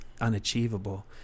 unachievable